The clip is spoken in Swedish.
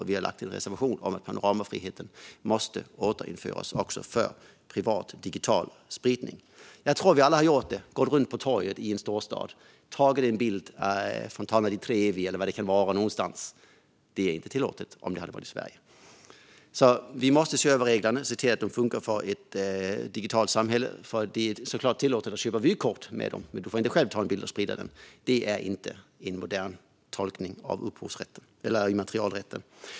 Vi har lämnat en reservation om att panoramafriheten måste återinföras också för privat digital spridning. Jag tror att vi alla har gått runt på torget i en storstad och tagit en bild av till exempel Fontana di Trevi och delat. Det hade inte varit tillåtet i Sverige. Vi måste därför se över reglerna och se till att de funkar för ett digitalt samhälle. Det är såklart tillåtet att köpa vykort med motiven, men du får inte själv ta en bild och sprida den. Detta är inte en modern tolkning av immaterialrätten.